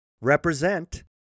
represent